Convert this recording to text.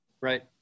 right